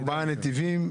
ארבעה נתיבים.